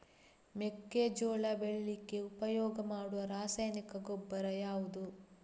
ಮೆಕ್ಕೆಜೋಳ ಬೆಳೀಲಿಕ್ಕೆ ಉಪಯೋಗ ಮಾಡುವ ರಾಸಾಯನಿಕ ಗೊಬ್ಬರ ಯಾವುದು?